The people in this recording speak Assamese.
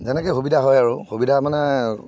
যেনেকৈ সুবিধা হয় আৰু সুবিধা মানে